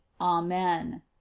amen